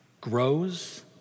grows